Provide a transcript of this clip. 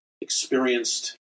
experienced